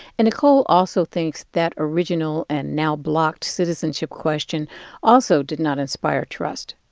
and nicole also thinks that original and now-blocked citizenship question also did not inspire trust.